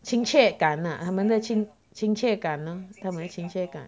亲切感啊他们的亲亲切感 lor 他们的亲切感